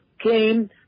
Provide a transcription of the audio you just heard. came